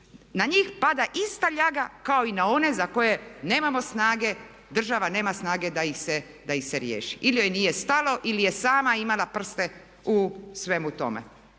na njih pada ista ljaga kao i na one za koje nemamo snage, država nema snage da ih se riješi. Ili joj nije stalo ili je sama imala prste u svemu tome.